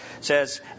says